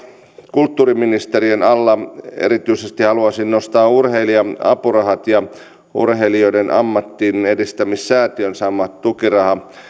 kulttuuriministeriön alla erityisesti haluaisin nostaa urheilija apurahat ja urheilijoiden ammattienedistämissäätiön saaman tukirahan